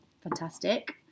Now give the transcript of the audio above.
fantastic